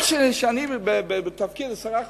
אני בתפקיד עשרה חודשים,